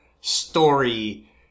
story